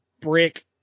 brick